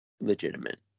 legitimate